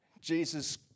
Jesus